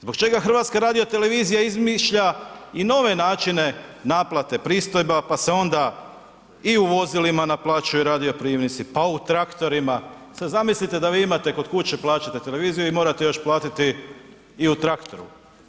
Zbog čega HRT izmišlja i nove načine naplate pristojba pa se onda i u vozilima naplaćuje radio prijemnici, pa u traktorima, sad zamislite da vi imate kod kuće, plaćate televiziju i morate još platiti i u traktoru.